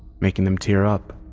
making them tear up.